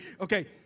okay